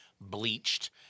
Bleached